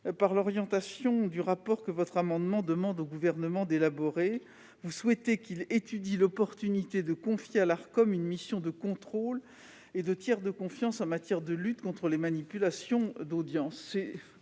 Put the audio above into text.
par l'orientation du rapport que vous demandez au Gouvernement d'élaborer. Vous souhaitez qu'il étudie l'opportunité de confier à l'Arcom une mission de contrôle et de tiers de confiance en matière de lutte contre les manipulations d'audience.